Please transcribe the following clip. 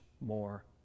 more